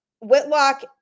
Whitlock